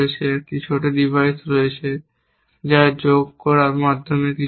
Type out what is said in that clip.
এখানে একটি ছোট ডিভাইস রয়েছে যা যোগ করার মাধ্যমে কিছু করে